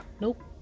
nope